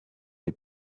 les